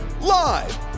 Live